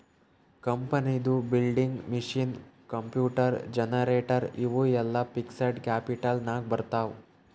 ಕಂಪನಿದು building, machine, computer, generator ಇವು ಎಲ್ಲಾ ಫಿಕ್ಸಡ್ ಕ್ಯಾಪಿಟಲ್ ನಾಗ್ ಬರ್ತಾವ್